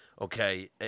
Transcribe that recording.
okay